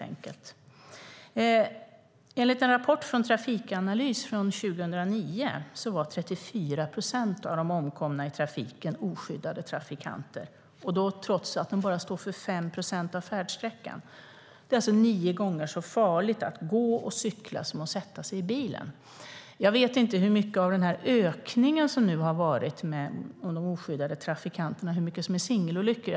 Enligt en rapport från Trafikanalys från 2009 var 34 procent av de omkomna i trafiken oskyddade trafikanter trots att de bara står för 5 procent av färdsträckan. Det är alltså nio gånger så farligt att gå och cykla som att sätta sig i bilen. Jag vet inte hur mycket av den ökning som nu har varit för de oskyddade trafikanterna som är singelolyckor.